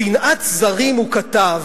חבר הכנסת רותם: "שנאת זרים" הוא כתב,